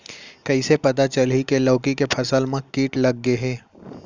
कइसे पता चलही की लौकी के फसल मा किट लग गे हे?